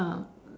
ah